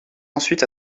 ensuite